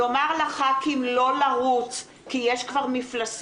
לומר לחברי הכנסת לא לרוץ כי יש כבר מפלסים